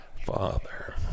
Father